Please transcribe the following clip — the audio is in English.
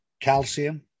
calcium